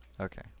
Okay